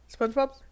spongebob